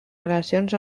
relacions